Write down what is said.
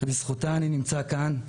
שבזכותה אני נמצא כאן.